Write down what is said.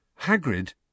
Hagrid